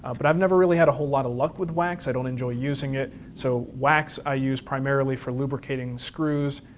um but i've never really had a whole lot of luck with wax. i don't enjoy using it, so wax i use primarily for lubricating screws,